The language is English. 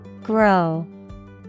Grow